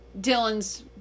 Dylan's